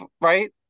right